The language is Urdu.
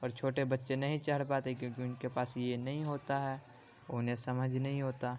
پر چھوٹے بچے نہیں چڑھ پاتے کیونکہ ان کے پاس یہ نہیں ہوتا ہے انہیں سمجھ نہیں ہوتا